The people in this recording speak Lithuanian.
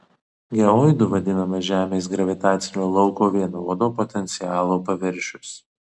geoidu vadinamas žemės gravitacinio lauko vienodo potencialo paviršius